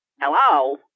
Hello